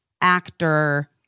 actor